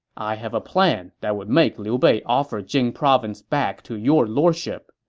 i have a plan that would make liu bei offer jing province back to your lordship.